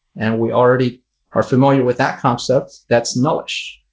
and we already are familiar with that concept. that's nullish.